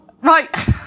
Right